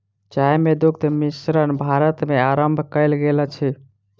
चाय मे दुग्ध मिश्रण भारत मे आरम्भ कयल गेल अछि